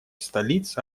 столиц